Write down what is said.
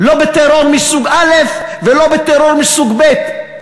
לא בטרור מסוג א' ולא בטרור מסוג ב'.